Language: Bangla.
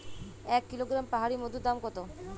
এক কিলোগ্রাম পাহাড়ী মধুর দাম কত?